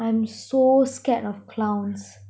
I'm so scared of clowns